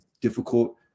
difficult